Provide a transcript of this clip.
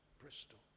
Bristol